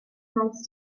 nice